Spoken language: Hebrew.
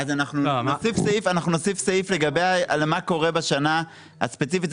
אז אנחנו נוסיף לגבי מה קורה בשנה הספציפית,